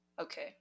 Okay